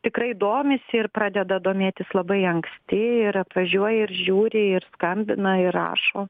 tikrai domisi ir pradeda domėtis labai anksti ir atvažiuoja ir žiūri ir skambina ir rašo